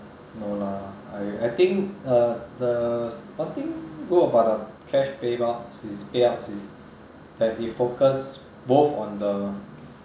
no lah I I think uh the one thing good about the cash payouts is payouts is that they focus both on the